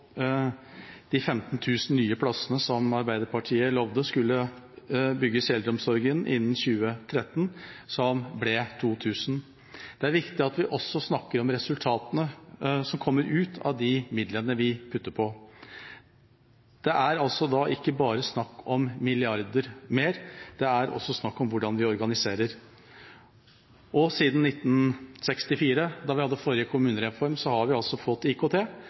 de 15 000 nye plassene Arbeiderpartiet lovet skulle bygges i eldreomsorgen innen 2013, som ble 2 000. Det er viktig at vi også snakker om resultatene som kommer av midlene vi putter på. Det er altså ikke bare snakk om milliarder mer, det er også snakk om hvordan vi organiserer. Siden 1964, da vi hadde forrige kommunereform, har vi altså fått IKT,